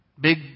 Big